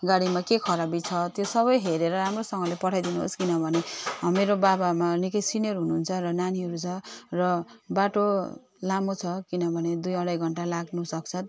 गाडीमा के खराबी छ त्यो सबै हेरेर राम्रोसँगले पठाइदिनुहोस् किनभने मेरो बाबा आमा निकै सिनियर हुनुहुन्छ छ नानीहरू छ र बाटो लामो छ किनभने दुई अढाई घन्टा लाग्नुसक्छ